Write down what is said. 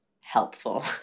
helpful